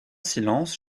silence